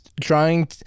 trying